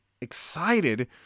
excited